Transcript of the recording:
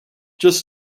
just